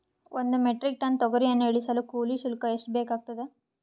ಒಂದು metric tonne ತೊಗರಿಯನ್ನು ಇಳಿಸಲು ಕೂಲಿ ಶುಲ್ಕ ಎಷ್ಟು ಬೇಕಾಗತದಾ?